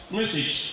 message